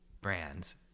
brands